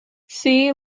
see